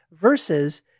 versus